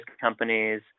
companies